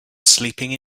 sleeping